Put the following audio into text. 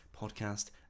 podcast